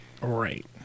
Right